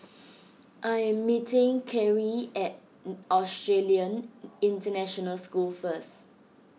I am meeting Karrie at Australian International School first